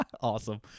Awesome